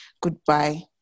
Goodbye